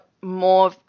more